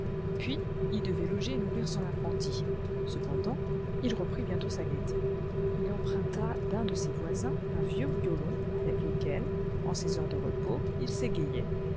puis il devait loger et nourrir son apprenti cependant il reprit bientôt sa gaieté il emprunta d'un de ses voisins un vieux violon avec lequel en ses heures de repos il s'égayait